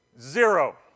zero